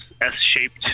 S-shaped